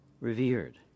revered